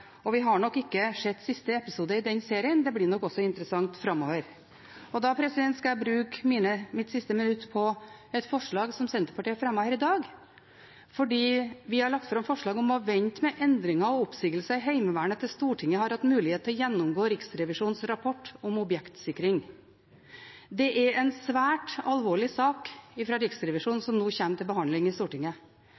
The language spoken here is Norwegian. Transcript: Vi har nok ikke sett siste episode i den serien, det blir nok også interessant framover. Jeg skal bruke mitt siste minutt på et forslag som Senterpartiet har fremmet her i dag. Vi har lagt fram et forslag om å vente med endringer og oppsigelser i Heimevernet til Stortinget har hatt mulighet til å gjennomgå Riksrevisjonens rapport om objektsikring. Det er en svært alvorlig sak fra Riksrevisjonen